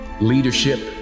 leadership